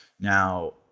Now